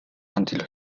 until